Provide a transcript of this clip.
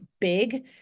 big